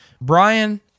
Brian